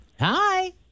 Hi